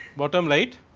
bottom right.